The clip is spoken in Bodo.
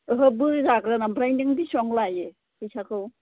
ओहो बोजागोन आमफ्राय नों बिसिबां लायो फैसाखौ